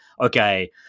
okay